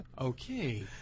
Okay